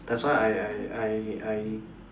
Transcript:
that's why I I I I